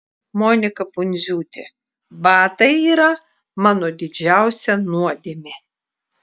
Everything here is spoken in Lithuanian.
monika pundziūtė batai yra mano didžiausia nuodėmė